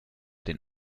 den